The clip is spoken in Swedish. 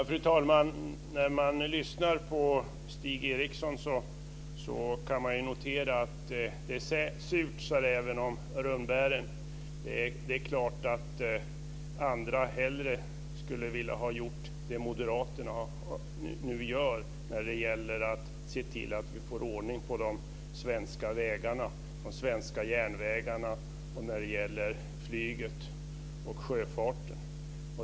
Fru talman! När man lyssnar på Stig Eriksson kan man höra ett "Surt, sa räven om rönnbären." Det är klart att andra hellre skulle ha velat göra det moderaterna nu gör när det gäller att se till att vi får ordning på de svenska vägarna, de svenska järnvägarna, flyget och sjöfarten.